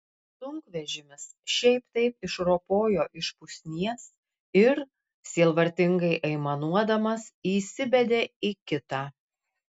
sunkvežimis šiaip taip išropojo iš pusnies ir sielvartingai aimanuodamas įsibedė į kitą